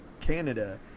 Canada